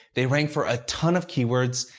they rank for a ton of keywords,